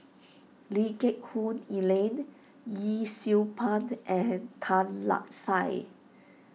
Lee Geck Hoon Ellen Yee Siew Pun and Tan Lark Sye